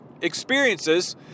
experiences